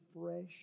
fresh